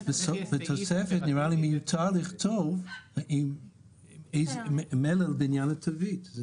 בתוספת זה נראה לי מיותר לכתוב מלל בעניין התווית.